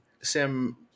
Sam